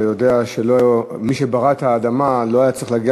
אתה יודע שמי שברא את האדמה לא היה צריך להגיע